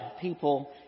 people